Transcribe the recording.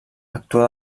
actua